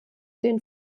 den